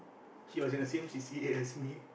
she was in the same c_c_a as me